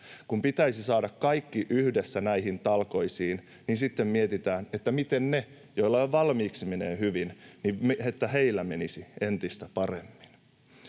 Kun pitäisi saada kaikki yhdessä näihin talkoisiin, sitten mietitään, miten heillä, joilla jo valmiiksi menee hyvin, menisi entistä paremmin.